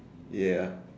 ya